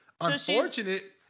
Unfortunate